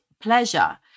pleasure